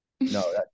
No